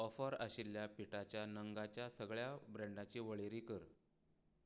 offer आशिल्ल्या पिठाच्या नगांच्या सगळ्या ब्रँडांची वळेरी कर